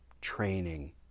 training